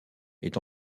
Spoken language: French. est